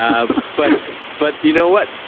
um but but, you know what,